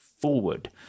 forward